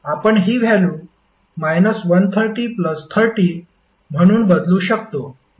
आपण हि व्हॅल्यु 130 30 म्हणून बदलू शकतो